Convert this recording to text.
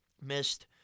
missed